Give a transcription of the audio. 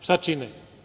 Šta čine?